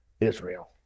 Israel